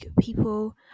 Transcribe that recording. people